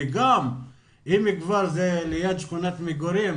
וגם אם זה ליד שכונת מגורים,